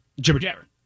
jibber-jabber